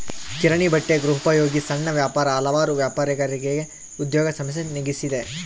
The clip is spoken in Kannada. ಕಿರಾಣಿ ಬಟ್ಟೆ ಗೃಹೋಪಯೋಗಿ ಸಣ್ಣ ವ್ಯಾಪಾರ ಹಲವಾರು ವ್ಯಾಪಾರಗಾರರಿಗೆ ಉದ್ಯೋಗ ಸಮಸ್ಯೆ ನೀಗಿಸಿದೆ